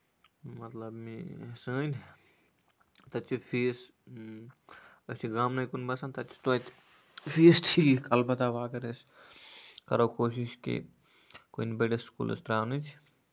مطلب سٲنۍ تَتہِ چھِ فیٖس أسۍ چھِ گامنٕے کُن بَسان تَتہِ چھِ تویتہِ فیٖس ٹھیٖک اَلبتہ وۄنۍ اَگر أسۍ کرو کوٗشِش کہِ کُنہِ بٔڑِس سٔکوٗلَس تراونٕچۍ